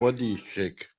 bodycheck